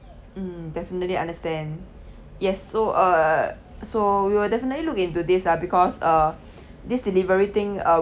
mm definitely understand yes so uh so we will definitely look into this ah because uh this delivery thing uh